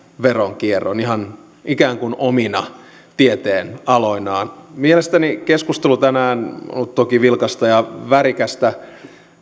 veronkierron ikään kuin omina tieteenaloinaan mielestäni keskustelu tänään on ollut toki vilkasta ja värikästä